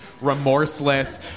remorseless